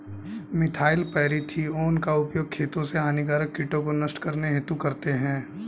methyl parathion का उपयोग खेतों से हानिकारक कीटों को नष्ट करने हेतु करते है